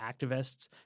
activists